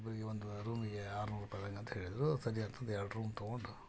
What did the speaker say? ಒಬ್ಬರಿಗೆ ಒಂದು ರೂಮಿಗೆ ಆರುನೂರು ರೂಪಾಯಿದಂಗೆ ಅಂತ ಹೇಳಿದರು ಸದ್ಯ ಅಂತಂದು ಎರಡು ರೂಮ್ ತಗೊಂಡು